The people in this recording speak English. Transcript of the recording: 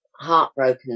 heartbroken